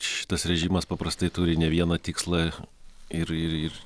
šitas režimas paprastai turi ne vieną tikslą ir ir